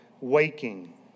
waking